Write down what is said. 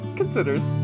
considers